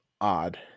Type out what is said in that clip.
odd